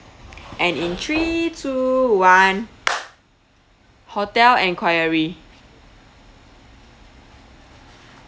and in three two one hotel inquiry